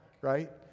right